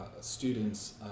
students